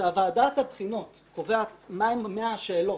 כשוועדת הבחינות קובעת מהן 100 השאלות,